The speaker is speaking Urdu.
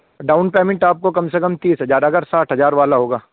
ڈاؤن پیمنٹ آپ کو کم سے کم تیس ہزار اگر ساٹھ ہزار والا ہوگا